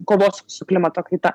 kovos su klimato kaita